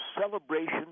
celebration